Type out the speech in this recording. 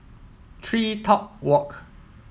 TreeTop Walk